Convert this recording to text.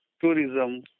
tourism